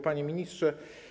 Panie Ministrze!